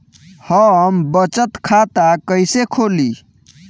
हम बचत खाता कइसे खोलीं?